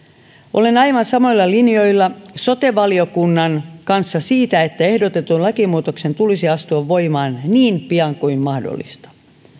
olen aivan samoilla linjoilla sote valiokunnan kanssa siinä että ehdotetun lakimuutoksen tulisi astua voimaan niin pian kuin mahdollista